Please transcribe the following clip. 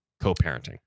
co-parenting